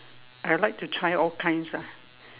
I like to try all kinds lah